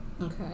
Okay